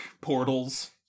portals